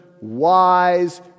wise